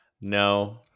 No